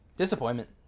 disappointment